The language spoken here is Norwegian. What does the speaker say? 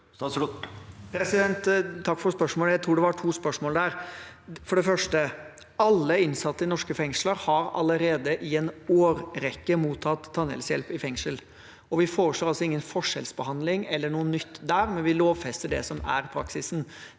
Takk for spørsmålet. Jeg tror det var to spørsmål her. For det første: Alle innsatte i norske fengsler har allerede i en årrekke mottatt tannhelsehjelp. Vi foreslår ingen forskjellsbehandling eller noe nytt der, men vi lovfester det som er praksis.